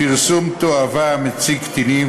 פרסום תועבה המציג קטינים,